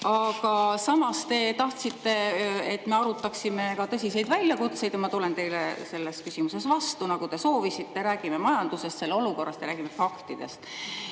Aga samas te tahtsite, et me arutaksime ka tõsiseid väljakutseid, ja ma tulen teile selles küsimuses vastu. Nagu te soovisite, räägime majandusest, selle olukorrast, ja räägime faktidest. Eesti